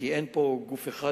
כי אין פה גוף אחד,